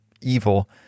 evil